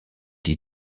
die